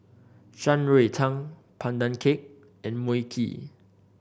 Shan Rui Tang Pandan Cake and Mui Kee